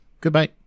Goodbye